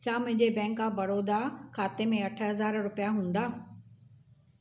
छा मुहिंजे bank of Baroda खाते में अठ हज़ार रुपिया हूंदा